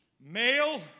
Male